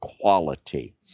quality